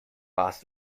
warst